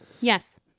Yes